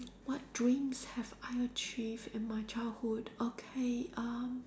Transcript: what dreams have I achieved in my childhood okay um